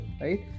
right